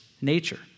nature